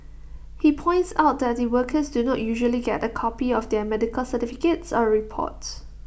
he points out that the workers do not usually get A copy of their medical certificates or reports